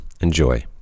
Enjoy